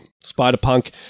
Spider-Punk